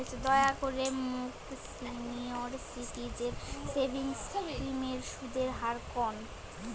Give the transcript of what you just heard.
দয়া করে মোক সিনিয়র সিটিজেন সেভিংস স্কিমের সুদের হার কন